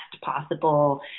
possible